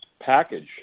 package